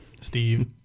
Steve